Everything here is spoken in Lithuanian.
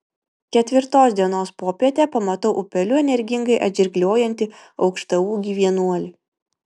ketvirtos dienos popietę pamatau upeliu energingai atžirgliojantį aukštaūgį vienuolį